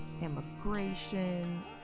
immigration